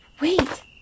Wait